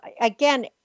Again